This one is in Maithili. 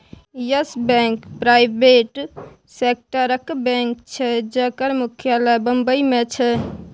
यस बैंक प्राइबेट सेक्टरक बैंक छै जकर मुख्यालय बंबई मे छै